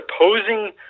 opposing